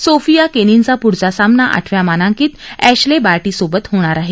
Sofia केनीनचा पुढचा सामना आठव्या मानांकित अॅशले बार्टीसोबत होणार आहे